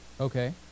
Okay